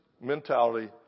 mentality